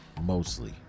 mostly